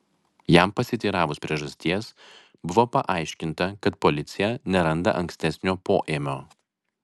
jam pasiteiravus priežasties buvo paaiškinta kad policija neranda ankstesnio poėmio